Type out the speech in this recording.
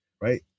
right